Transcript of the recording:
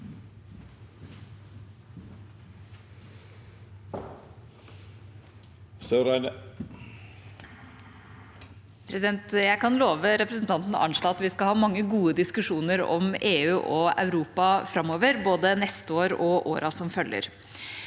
Jeg kan love re- presentanten Arnstad at vi skal ha mange gode diskusjoner om EU og Europa framover, både neste år og i årene som følger.